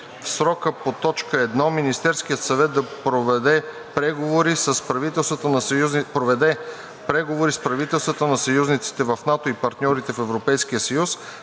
„В срока по т. 1 Министерският съвет да проведе преговори с правителствата на съюзниците в НАТО и партньорите в Европейския съюз